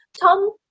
Tom